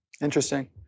Interesting